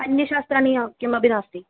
अन्यशास्त्राणि किमपि नास्ति